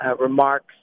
remarks